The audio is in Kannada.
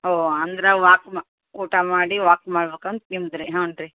ಓ ಅಂದ್ರೆ ವಾಕ್ ಮಾ ಊಟ ಮಾಡಿ ವಾಕ್ ಮಾಡ್ಬೇಕು ಅಂತ ನಿಮ್ದು ರೀ ಹ್ಞೂಂ ರೀ